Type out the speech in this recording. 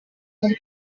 muri